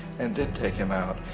and did take him out.